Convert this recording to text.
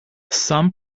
some